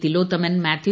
Thilothaman Mathew